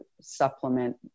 supplement